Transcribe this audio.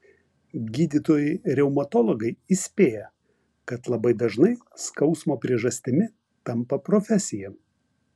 gydytojai reumatologai įspėja kad labai dažnai skausmo priežastimi tampa profesija